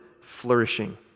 flourishing